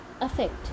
effect